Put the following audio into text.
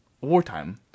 wartime